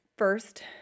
First